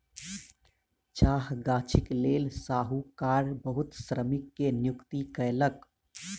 चाह गाछीक लेल साहूकार बहुत श्रमिक के नियुक्ति कयलक